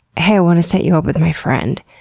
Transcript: hey, i wanna set you up with my friend.